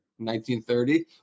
1930